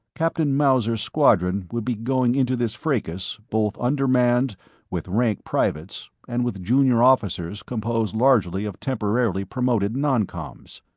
captain mauser's squadron would be going into this fracas both undermanned with rank privates and with junior officers composed largely of temporarily promoted noncoms.